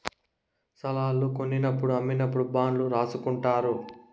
స్తలాలు కొన్నప్పుడు అమ్మినప్పుడు బాండ్లు రాసుకుంటారు